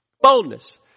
Boldness